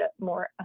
more